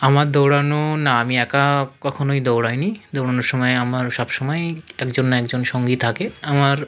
আমার দৌড়ানো না আমি একা কখনই দৌড়ই নি ধরুন সময় আমার সব সময়ই এক জন এক জন সঙ্গী থাকে আমার